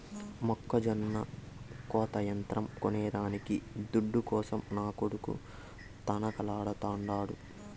మొక్కజొన్న కోత యంత్రం కొనేదానికి దుడ్డు కోసం నా కొడుకు తనకలాడుతాండు